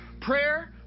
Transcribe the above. Prayer